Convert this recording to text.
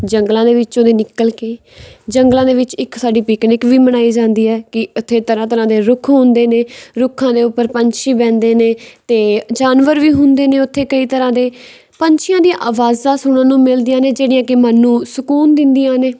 ਜੰਗਲਾਂ ਦੇ ਵਿੱਚੋਂ ਦੀ ਨਿਕਲ ਕੇ ਜੰਗਲਾਂ ਦੇ ਵਿੱਚ ਇੱਕ ਸਾਡੀ ਪਿਕਨਿਕ ਵੀ ਮਨਾਈ ਜਾਂਦੀ ਹੈ ਕਿ ਉੱਥੇ ਤਰ੍ਹਾਂ ਤਰ੍ਹਾਂ ਦੇ ਰੁੱਖ ਹੁੰਦੇ ਨੇ ਰੁੱਖਾਂ ਦੇ ਉੱਪਰ ਪੰਛੀ ਬਹਿੰਦੇ ਨੇ ਅਤੇ ਜਾਨਵਰ ਵੀ ਹੁੰਦੇ ਨੇ ਉੱਥੇ ਕਈ ਤਰ੍ਹਾਂ ਦੇ ਪੰਛੀਆਂ ਦੀਆਂ ਆਵਾਜ਼ਾਂ ਸੁਣਨ ਨੂੰ ਮਿਲਦੀਆਂ ਨੇ ਜਿਹੜੀਆਂ ਕਿ ਮਨ ਨੂੰ ਸਕੂਨ ਦਿੰਦੀਆਂ ਨੇ